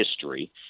history